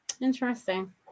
Interesting